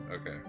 Okay